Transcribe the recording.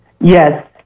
Yes